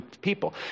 people